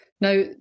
Now